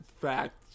fact